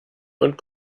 und